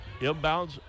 Inbounds